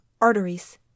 arteries